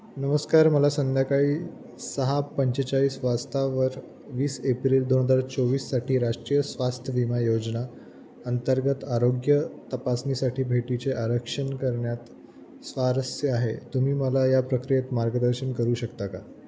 नमस्कार मला संध्याकाळी सहा पंचेचाळीस वाजता वर वीस एप्रिल दोन हजार चोवीससाठी राष्ट्रीय स्वास्थ विमा योजना अंतर्गत आरोग्य तपासणीसाठी भेटीचे आरक्षण करण्यात स्वारस्य आहे तुम्ही मला या प्रक्रियेत मार्गदर्शन करू शकता का